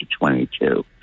22